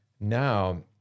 now